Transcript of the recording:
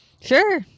sure